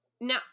now